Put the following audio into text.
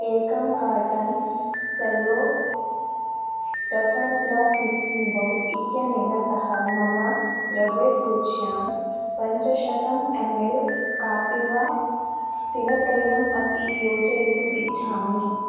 एकं carton cello toughened glass mixing bowl इत्यनेन सह मम द्रव्यसूच्यां पञ्चशतम् एम् एल् कापिवा तिलतैलम् अपि योजयितुम् इच्छामि